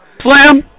Slam